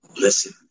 Listen